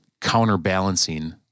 counterbalancing